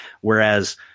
Whereas